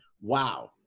Wow